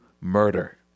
murder